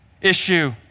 issue